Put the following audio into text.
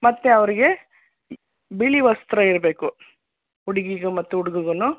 ಮತ್ತೆ ಅವ್ರಿಗೆ ಬಿಳಿ ವಸ್ತ್ರ ಇರಬೇಕು ಹುಡ್ಗಿಗೂ ಮತ್ತು ಹುಡ್ಗುಗನೂ